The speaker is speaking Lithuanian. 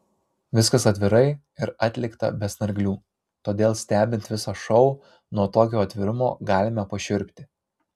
viskas atvirai ir atlikta be snarglių todėl stebint visą šou nuo tokio atvirumo galime pašiurpti